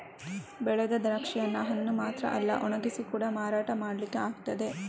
ಬೆಳೆದ ದ್ರಾಕ್ಷಿಯನ್ನ ಹಣ್ಣು ಮಾತ್ರ ಅಲ್ಲ ಒಣಗಿಸಿ ಕೂಡಾ ಮಾರಾಟ ಮಾಡ್ಲಿಕ್ಕೆ ಆಗ್ತದೆ